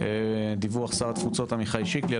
דיווח שר התפוצות עמיחי שיקלי,